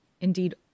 indeed